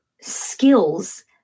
skills